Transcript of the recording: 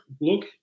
look